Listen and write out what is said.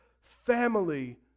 family